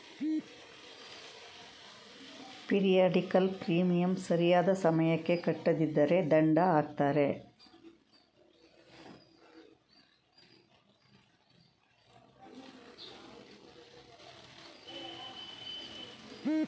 periodical premium ಸರಿಯಾದ ಸಮಯಕ್ಕೆ ಕಟ್ಟದಿದ್ದರೆ ದಂಡ ಹಾಕ್ತರೆ